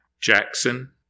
Jackson